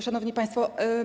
Szanowni Państwo!